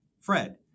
Fred